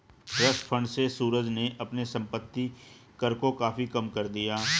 trust fund से सूरज ने अपने संपत्ति कर को काफी कम कर दिया